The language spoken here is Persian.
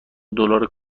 دلار